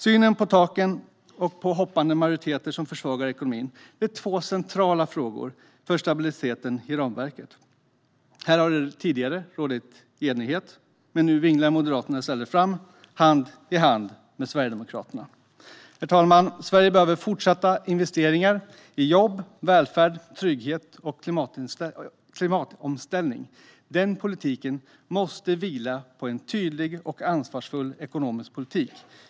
Synen på taken och på hoppande majoriteter som försvagar ekonomin är två centrala frågor för stabiliteten i ramverket. Här har det tidigare rått enighet, men nu vinglar Moderaterna i stället fram, hand i hand med Sverigedemokraterna. Herr talman! Sverige behöver fortsatta investeringar i jobb, välfärd, trygghet och klimatomställning. Den politiken måste vila på en tydlig och ansvarsfull ekonomisk politik.